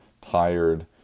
tired